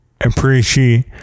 Appreciate